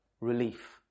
relief